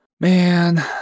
Man